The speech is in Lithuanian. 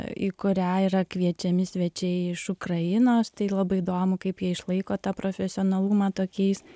į kurią yra kviečiami svečiai iš ukrainos tai labai įdomu kaip jie išlaiko tą profesionalumą tokiais